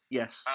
yes